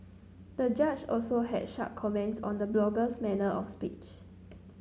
the judge also had sharp comments on the blogger's manner of speech